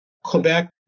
Quebec